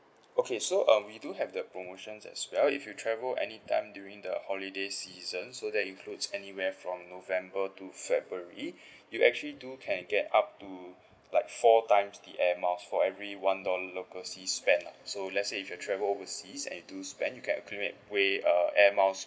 okay so uh we do have the promotions as well if you travel any time during the holiday season so that includes anywhere from november to february you actually do can I get up to like four times the air miles for every one dollar overseas spend lah so let's say if you travel overseas and do spend you can accumulate uh way uh air miles